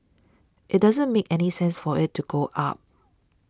it doesn't make any sense for it to go up